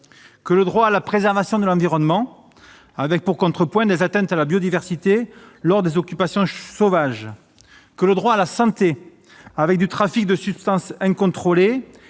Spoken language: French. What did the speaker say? le droit à la préservation de l'environnement, avec en contrepoint des atteintes à la biodiversité lors des occupations sauvages, ou le droit à la santé, avec en contrepoint des trafics de substances incontrôlées